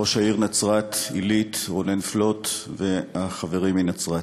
ראש העיר נצרת-עילית רונן פלוט והחברים מנצרת,